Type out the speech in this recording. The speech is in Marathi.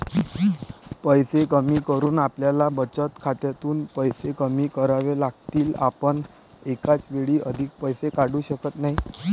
पैसे कमी करून आपल्याला बचत खात्यातून पैसे कमी करावे लागतील, आपण एकाच वेळी अधिक पैसे काढू शकत नाही